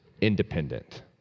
independent